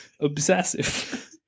obsessive